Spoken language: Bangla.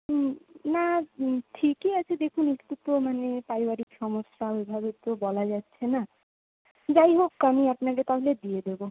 হুম না ঠিকই আছে দেখুন একটু তো মানে পারিবারিক সমস্যা ওইভাবে তো বলা যাচ্ছে না যাই হোক আমি আপনাকে তাহলে দিয়ে দেবো